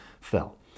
fell